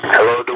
Hello